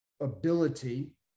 ability